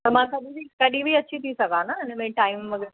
त मां कॾहिं बि कॾहिं बि अची थी सघां न हिन में टाईम वग़ैरह